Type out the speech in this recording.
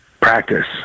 practice